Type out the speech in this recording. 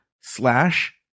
slash